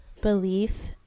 belief